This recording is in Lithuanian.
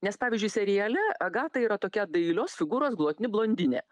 nes pavyzdžiui seriale agata yra tokia dailios figūros glotni blondinė